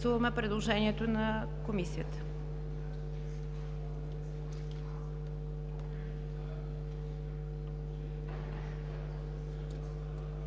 предложението на Комисията.